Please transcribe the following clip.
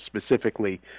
specifically